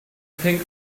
think